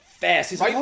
fast